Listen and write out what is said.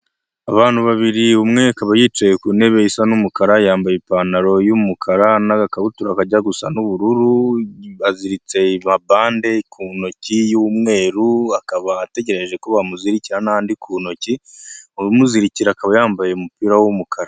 Abantu babiri, umwe akaba yicaye ku ntebe isa n'umukara, yambaye ipantaro y'umukara n'agakabutura kajya gusa n'ubururu, aziritse amabande ku ntoki y'umweru, akaba ategereje ko bamuzirikira n'andi ku ntoki, umuzirikira akaba yambaye umupira w'umukara.